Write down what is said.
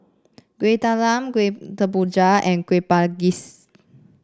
Kueh Talam Kuih Kemboja and Kueh Manggis